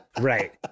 Right